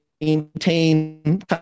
maintain